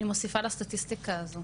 אני מוסיפה לסטטיסטיקה הזו.